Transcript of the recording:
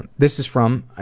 and this is from, ah